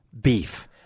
beef